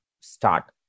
start